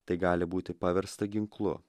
tai gali būti paversta ginklu